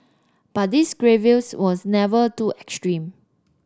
but these grievance was never too extreme